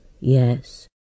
yes